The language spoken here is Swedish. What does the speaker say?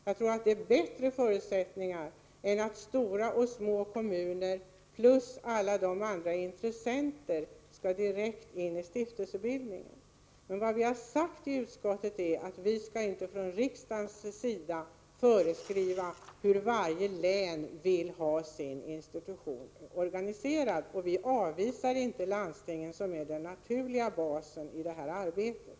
Jag tror att förutsättningarna för detta blir bättre i en regional verksamhet än om stora och små kommuner plus alla andra intressenter ingår i stiftelsebildningen. Men vi har sagt i utskottet att vi inte från riksdagens sida skall föreskriva hur varje län skall ha sin institution organiserad, och vi avvisar inte landstingen, som är den naturliga basen i det här arbetet.